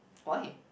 why